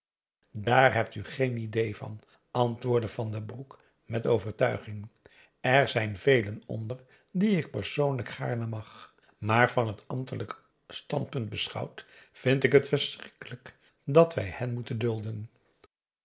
daar hebt u geen idée van antwoordde van den broek met overtuiging er zijn velen onder die ik persoonlijk gaarne mag maar van het ambtelijk standpunt beschouwd vind ik het verschrikkelijk dat wij hen moeten dulden